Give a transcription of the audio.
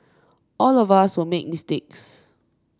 all of us will make mistakes